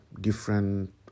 different